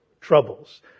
troubles